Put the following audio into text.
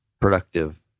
productive